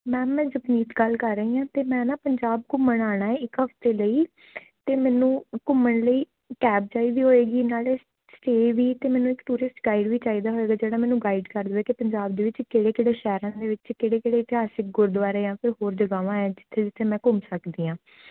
ma'am ਮੈਂ ਜਗਮੀਤ ਗੱਲ ਕਰ ਰਹੀ ਹਾਂ ਅਤੇ ਮੈਂ ਨਾ ਪੰਜਾਬ ਘੁੰਮਣ ਆਉਣਾ ਹੈ ਇੱਕ ਹਫ਼ਤੇ ਲਈ ਅਤੇ ਮੈਨੂੰ ਘੁੰਮਣ ਲਈ ਕੈਬ ਚਾਹੀਦੀ ਹੋਵੇਗੀ ਨਾਲੇ ਸਟੇਅ ਵੀ ਅਤੇ ਮੈਨੂੰ ਇੱਕ ਟੂਰੀਸਟ ਗਾਈਡ ਵੀ ਚਾਹੀਦਾ ਹੋਵੇਗਾ ਜਿਹੜਾ ਮੈਨੂੰ ਗਾਈਡ ਕਰ ਦੇਵੇ ਕਿ ਪੰਜਾਬ ਦੇ ਵਿੱਚ ਕਿਹੜੇ ਕਿਹੜੇ ਸ਼ਹਿਰਾਂ ਦੇ ਵਿੱਚ ਕਿਹੜੇ ਕਿਹੜੇ ਇਤਿਹਾਸਿਕ ਗੁਰਦੁਆਰੇ ਨੇ ਕੁੱਝ ਹੋਰ ਜਗਾਵਾਂ ਹੈ ਜਿੱਥੇ ਜਿੱਥੇ ਮੈਂ ਘੁੰਮ ਸਕਦੀ ਹਾਂ